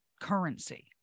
currency